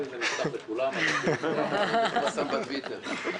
בקלילות, ביעילות ובידידותיות.